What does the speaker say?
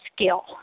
skill